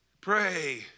pray